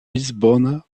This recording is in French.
lisbonne